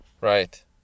Right